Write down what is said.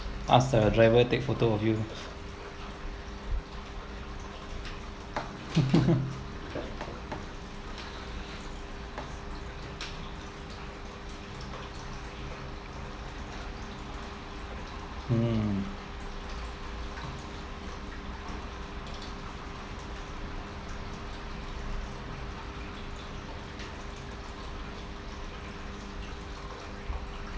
ask the driver take photo of you mm